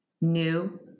new